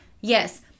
yes